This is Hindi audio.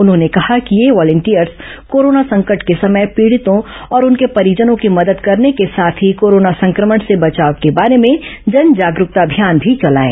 उन्होंने कहा कि ये वॉलिंटियर्स कोरोना संकट के समय पीड़ितों और उनके परिजनों की मदद करने के साथ ही कोरोना संक्रमण से बचाव के बारे में जन जागरूकता अभियान भी चलाएं